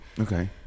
Okay